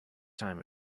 time